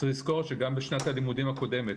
צריך לזכור שגם בשנת הלימודים הקודמת,